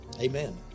amen